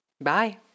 bye